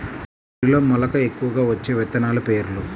వరిలో మెలక ఎక్కువగా వచ్చే విత్తనాలు పేర్లు?